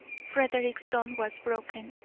frederick's tone was broken,